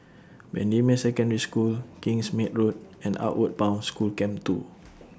Bendemeer Secondary School Kingsmead Road and Outward Bound School Camp two